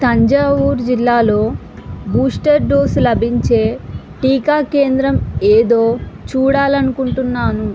తంజావూర్ జిల్లాలో booster dose లభించే టీకా కేంద్రం ఏదో చూడాలని అనుకుంటున్నాను